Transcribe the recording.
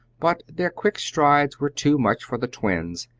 but their quick strides were too much for the twins,